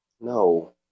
No